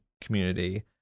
community